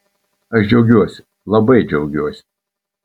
aš džiaugiuosi labai džiaugiuosi